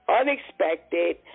unexpected